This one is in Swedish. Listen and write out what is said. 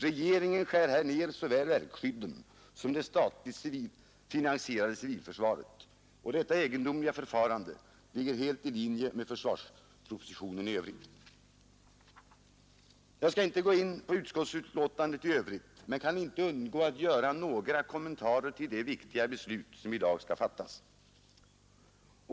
Regeringen skär här ner så väl verkskyddet som det statligt finansierade civilförsvaret. Detta egendomliga förfarande ligger helt i linje med försvarspropositionen i övrigt. Jag skall inte gå in på utskottsbetänkandet i övrigt men kan inte underlåta att göra några kommentarer till det viktiga beslut som i dag skall fattas.